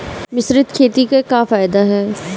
मिश्रित खेती क का फायदा ह?